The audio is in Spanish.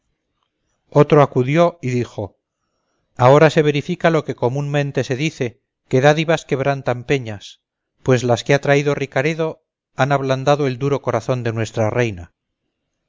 otro acudió y dijo ahora se verifica lo que comúnmente se dice que dádivas quebrantan peñas pues las que ha traído ricaredo han ablandado el duro corazón de nuestra reina